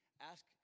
ask